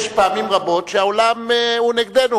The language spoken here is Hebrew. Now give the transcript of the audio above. יש פעמים רבות שהעולם הוא נגדנו,